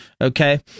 okay